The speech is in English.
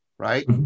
right